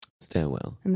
Stairwell